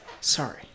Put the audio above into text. Sorry